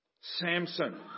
Samson